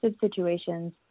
situations